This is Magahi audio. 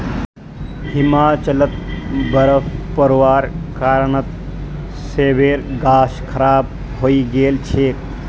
हिमाचलत बर्फ़ पोरवार कारणत सेबेर गाछ खराब हई गेल छेक